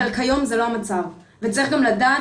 אבל כיום זה לא המצב וצריך גם לדעת